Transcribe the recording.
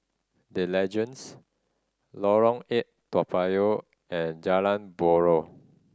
The Legends Lorong Eight Toa Payoh and Jalan Buroh